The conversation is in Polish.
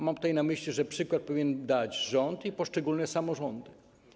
Mam tutaj na myśli, że przykład powinien dać rząd i powinny dać poszczególne samorządy.